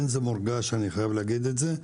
אני חייב לומר שזה מורגש.